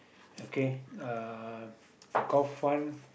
okay uh the golf one